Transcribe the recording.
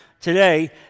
today